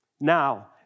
Now